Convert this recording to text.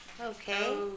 Okay